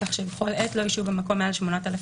כך שבכל עת לא ישהו במקום מעל 8,000